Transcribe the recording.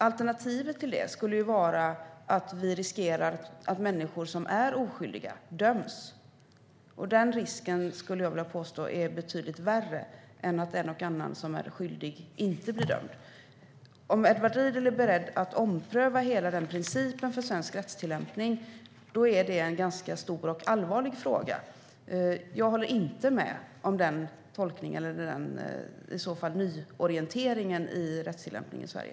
Alternativet till det skulle vara att vi riskerar att människor som är oskyldiga döms. Den risken skulle jag vilja påstå är betydligt värre än att en och annan som är skyldig inte blir dömd. Om Edward Riedl är beredd att ompröva hela den principen för svensk rättstillämpning är det en ganska stor och allvarlig fråga. Jag håller inte med om den nyorienteringen av rättstillämpningen i Sverige.